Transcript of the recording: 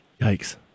yikes